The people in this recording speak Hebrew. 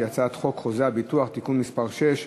שהיא הצעת חוק חוזה הביטוח (תיקון מס' 6),